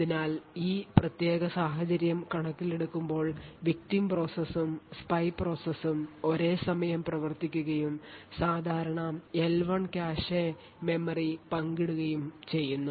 അതിനാൽ ഈ പ്രത്യേക സാഹചര്യം കണക്കിലെടുക്കുമ്പോൾ victim പ്രോസസും spy പ്രോസസും ഒരേസമയം പ്രവർത്തിക്കുകയും സാധാരണ എൽ 1 കാഷെ മെമ്മറി പങ്കിടുകയും ചെയ്യുന്നു